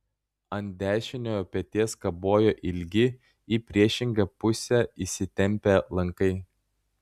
ant dešiniojo peties kabojo ilgi į priešingą pusę įsitempią lankai